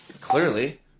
Clearly